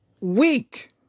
weak